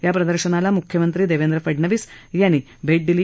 या प्रदर्शनाला मुख्यमंत्री देवेंद्र फडनवीस यांनी भेट दिली